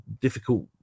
difficult